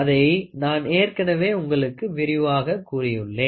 அதை நான் ஏற்கனவே உங்களுக்கு விரிவாக கூறியுள்ளேன்